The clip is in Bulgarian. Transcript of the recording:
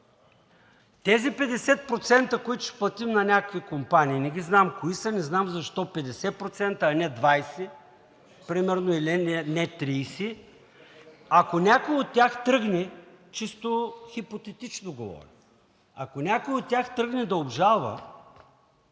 Тези 50%, които ще платим на някакви компании – не ги знам кои са, не знам защо 50%, а не 20 примерно, или не 30, ако някой от тях тръгне – чисто хипотетично говоря, да обжалва